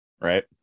right